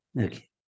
Okay